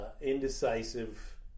indecisive